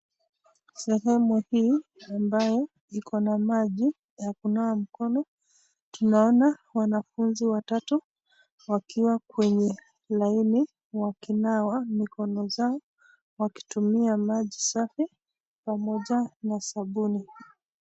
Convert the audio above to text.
Sehemu hii ambayo iko na maji ya kunawa mkono. Tunaona wanafunzi watatu wakiwa kwenye laini wakinawa mikono zao wakitumia maji safi pamoja na sabuni.